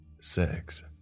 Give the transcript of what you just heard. six